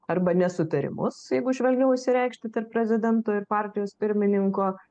arba nesutarimus jeigu švelniau išsireikšti tarp prezidento ir partijos pirmininko